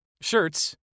shirts